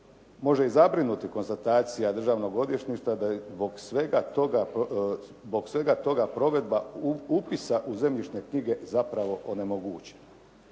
može i zabrinuti konstatacija Državnog odvjetništva da je zbog svega toga provedba upisa u zemljišne knjige zapravo onemogućena.